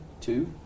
two